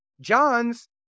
John's